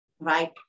Right